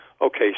Okay